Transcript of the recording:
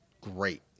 great